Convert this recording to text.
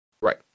Right